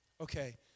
Okay